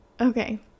Okay